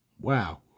Wow